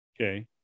Okay